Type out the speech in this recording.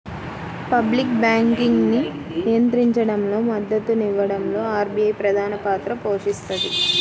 public బ్యాంకింగ్ను నియంత్రించడంలో, మద్దతునివ్వడంలో ఆర్బీఐ ప్రధానపాత్ర పోషిస్తది